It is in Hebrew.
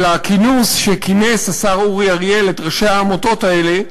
על הכינוס שכינס השר אורי אריאל את ראשי העמותות האלה,